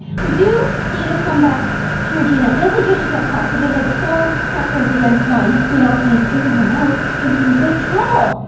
we do need to come back to regina, just in case she gets caught. cause there are like four hackers against one. you know if they figure her out she's gonna be in big trouble!